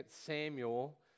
Samuel